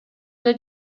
эле